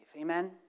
Amen